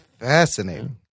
Fascinating